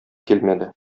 килмәде